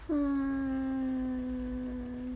hmm